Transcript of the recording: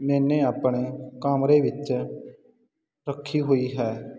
ਮੈਨੇ ਆਪਣੇ ਕਮਰੇ ਵਿੱਚ ਰੱਖੀ ਹੋਈ ਹੈ